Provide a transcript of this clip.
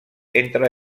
entre